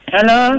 Hello